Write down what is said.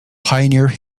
pioneer